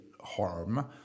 harm